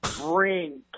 bring